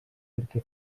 perquè